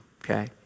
okay